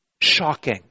shocking